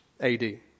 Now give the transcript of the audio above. AD